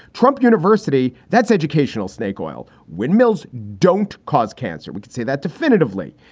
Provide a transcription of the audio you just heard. trump university, that's educational. snake oil. windmills don't cause cancer. we can say that definitively.